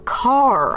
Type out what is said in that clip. car